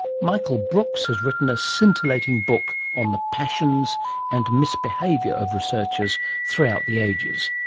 michael brooks has written a scintillating book on the passions and misbehaviour of researchers throughout the ages.